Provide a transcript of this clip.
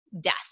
death